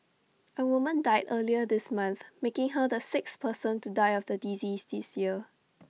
A woman died earlier this month making her the sixth person to die of the disease this year